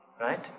Right